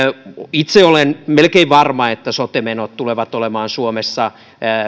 itse olen melkein varma että sote menot tulevat olemaan suomessa